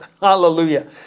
Hallelujah